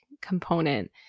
component